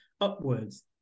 upwards